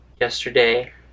Yesterday